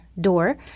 door